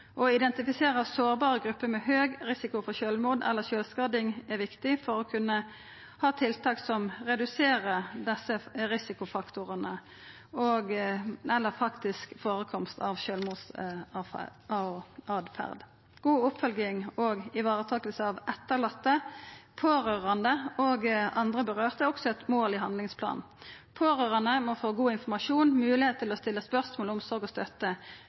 identifisera sårbare grupper med høg risiko for sjølvmord eller sjølvskading er viktig for å kunna ha tiltak som reduserer desse risikofaktorane eller faktisk førekomst av sjølvmordsåtferd. God oppfølging og varetaking av etterlatne, pårørande og andre som vert råka, er også eit mål i handlingsplanen. Pårørande må få god informasjon, moglegheit til å stilla spørsmål, omsorg og støtte.